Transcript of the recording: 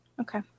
Okay